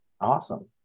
awesome